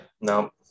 No